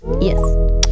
Yes